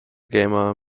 gamer